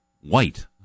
white